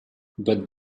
but